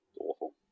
awful